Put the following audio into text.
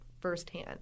firsthand